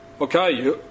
Okay